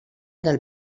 del